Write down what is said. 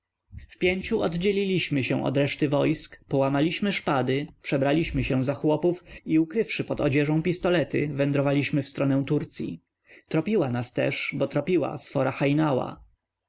w pięciu oddzieliliśmy się od reszty wojsk połamaliśmy szpady przebraliśmy się za chłopów i ukrywszy pod odzieżą pistolety wędrowaliśmy w stronę turcyi tropiła nas też bo tropiła